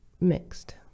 mixed